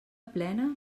plena